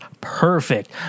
perfect